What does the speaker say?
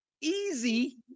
easy